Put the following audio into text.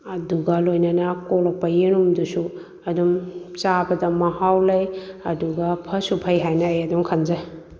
ꯑꯗꯨꯒ ꯂꯣꯏꯅꯅ ꯀꯣꯛꯂꯛꯄ ꯌꯦꯔꯨꯝꯗꯨꯁꯨ ꯑꯗꯨꯝ ꯆꯥꯕꯗ ꯃꯍꯥꯎ ꯂꯩ ꯑꯗꯨꯒ ꯐꯁꯨ ꯐꯩ ꯍꯥꯏꯅ ꯑꯩ ꯑꯗꯨꯝ ꯈꯟꯖꯩ